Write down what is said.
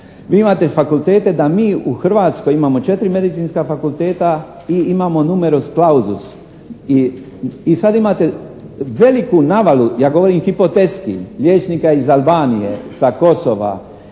Vi imate fakultete da mi u Hrvatskoj imamo četiri medicinska fakulteta i imamo numerus klauzus i sada imate veliku navalu, ja govorim hipotetski, liječnika iz Albanije, sa Kosova,